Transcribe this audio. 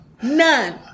None